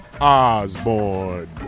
Osborne